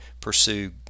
pursue